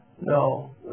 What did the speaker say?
No